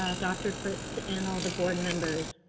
ah dr. fritz and all the board members.